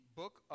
book